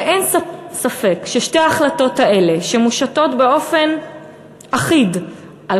ואין ספק ששתי ההחלטות האלה שמושתות באופן אחיד על